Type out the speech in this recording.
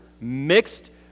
mixed